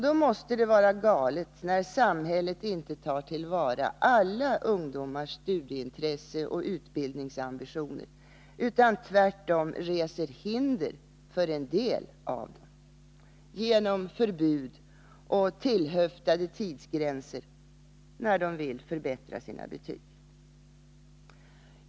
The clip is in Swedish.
Då måste det vara galet när samhället inte tar till vara alla ungdomars studieintresse och utbildningsambitioner utan tvärtom reser hinder för en del av dem genom förbud och tillhöftade tidsgränser när de vill förbättra sina betyg.